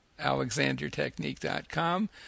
alexandertechnique.com